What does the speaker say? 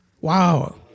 Wow